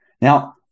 Now